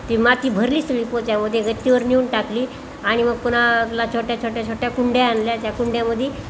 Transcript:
ती माती भरली सगळी पोत्यामध्ये गच्चीवर नेऊन टाकली आणि मग कुणाला छोट्या छोट्या छोट्या कुंड्या आणल्या त्या कुंड्यामध्ये